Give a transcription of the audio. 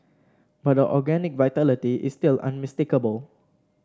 but the organic vitality is still unmistakable